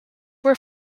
were